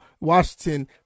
washington